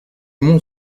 mont